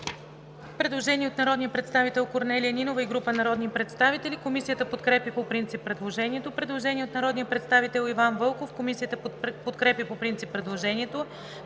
Предложение от народния представител Корнелия Нинова и група народни представители. Комисията подкрепя по принцип предложението. Предложение от народния представител Иван Вълков. Комисията подкрепя по принцип предложението.